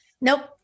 Nope